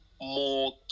More